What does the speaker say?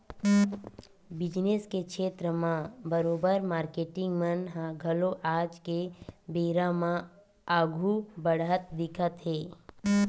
business के छेत्र म बरोबर मारकेटिंग मन ह घलो आज के बेरा म आघु बड़हत दिखत हे